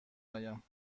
آیم